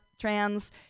trans